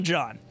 John